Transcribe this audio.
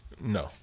No